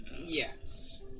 Yes